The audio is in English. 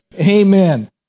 Amen